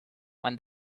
when